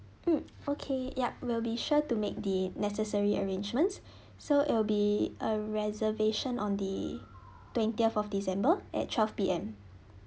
mm okay yup will be sure to make the necessary arrangements so it'll be a reservation on the twentieth of december at twelve P_M